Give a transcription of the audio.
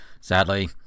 sadly